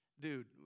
Dude